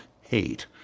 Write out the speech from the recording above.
hate